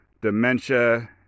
dementia